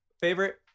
Favorite